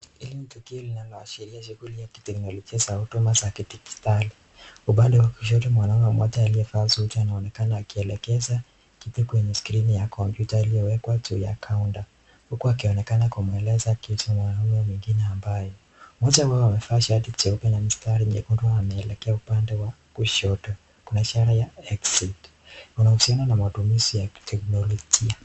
Hili ni tukio linaloashiria shughuli ya kiteknolojia za huduma za digitali . Upande wa kushoto mwanaume mmoja aliyevaa suti , anaonekana akielekeza kitu kwenye screen ya kompyuta iliyowekwa juu ya kaunta , huku akionekana kumueleza kitu mwanaume mwingine ambaye mmoja wao amevaa shati jeupe na mstari nyekundu anaelekea upande wa kushoto kwa ishara ya exit una uhusiano na matumizi ya kiteknolojia.